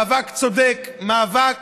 מאבק צודק, מאבק